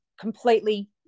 completely